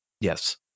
yes